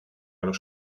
los